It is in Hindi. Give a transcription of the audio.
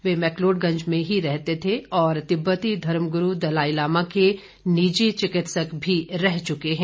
वे मैकलोडगंज में ही रहते थे और तिब्बती धर्मगुरु दलाई लामा के भी निजी चिकित्सक रह चुके है